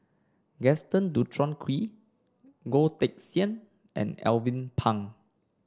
Gaston Dutronquoy Goh Teck Sian and Alvin Pang